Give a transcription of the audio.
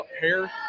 hair